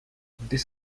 this